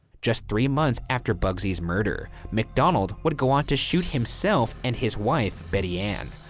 just three months after bugsy's murder, macdonald would go on to shoot himself and his wife betty ann.